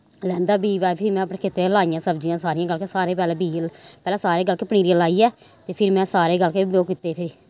लेआंदां बीऽ बाऽ फ्ही में अपने खेत्तरें च लाइयां सब्जियां सारियां बल्कि सारे पैह्लें बीऽ पैह्लें सारे बल्कि पनीरियां लाइयै फ्ही में सारे बल्कि कीते फिरी